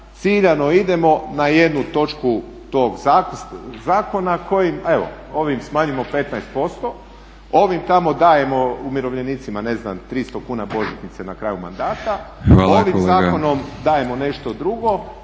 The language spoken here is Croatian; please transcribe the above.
ciljano idemo na jednu točku tog zakona kojim evo, ovim smanjimo 15%, ovim tamo dajemo, umirovljenicima, ne znam 300 kuna božićnice na kraju manada… …/Upadica: Hvala kolega./… Ovim zakonom dajemo nešto drugo